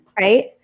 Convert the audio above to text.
right